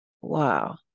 Wow